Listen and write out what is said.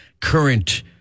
current